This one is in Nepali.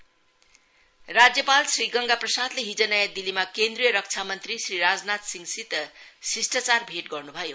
गवनर्र राज्यपाल श्री गंगाप्रसाद्ले हिज नयाँ दिल्लीमा केन्द्रीय रक्षा मंत्री श्री राजनाथ सिंहसित शिषटाचार भेट गर्न् भयो